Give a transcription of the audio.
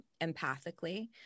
empathically